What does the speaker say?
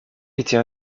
étaient